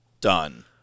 done